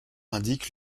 indique